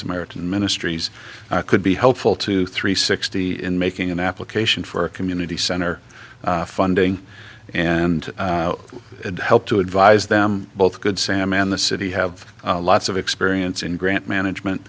samaritan ministries could be helpful to three sixty in making an application for a community center funding and help to advise them both good sam and the city have lots of experience in grant management